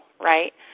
right